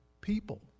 People